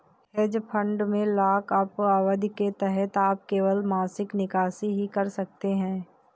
hedge fund में lockup अवधि के तहत आप केवल मासिक निकासी ही कर सकते हैं